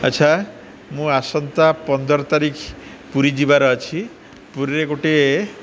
ଆଚ୍ଛା ମୁଁ ଆସନ୍ତା ପନ୍ଦର ତାରିଖ ପୁରୀ ଯିବାର ଅଛି ପୁରୀରେ ଗୋଟେ